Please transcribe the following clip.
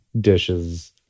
dishes